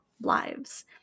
lives